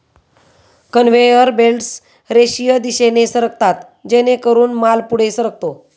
conveyor belts रेषीय दिशेने सरकतात जेणेकरून माल पुढे सरकतो